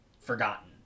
forgotten